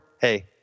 hey